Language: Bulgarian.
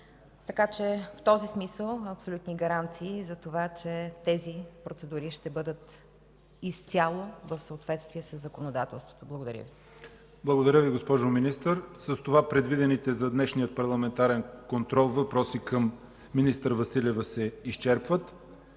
така че в този смисъл на абсолютни гаранции за това, че тези процедури ще бъдат изцяло в съответствие със законодателството. Благодаря Ви. ПРЕДСЕДАТЕЛ ЯВОР ХАЙТОВ: Благодаря Ви, госпожо Министър. С това предвидените за днешния парламентарен контрол въпроси към министър Василева се изчерпват.